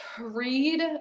read